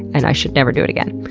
and i should never do it again.